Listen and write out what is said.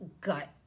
gut